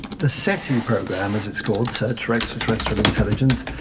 the seti program, as it's called, search for extra terrestrial intelligence,